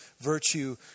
virtue